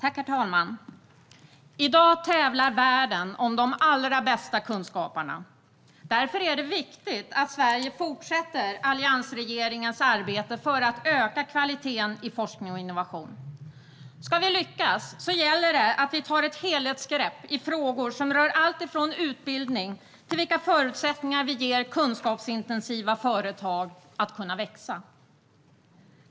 Herr talman! I dag tävlar världen om de allra bästa kunskaparna. Därför är det viktigt att Sverige fortsätter alliansregeringens arbete för att öka kvaliteten i forskning och innovation. Om vi ska lyckas gäller det att vi tar ett helhetsgrepp i frågor som rör allt ifrån utbildning till vilka förutsättningar vi ger kunskapsintensiva företag att växa.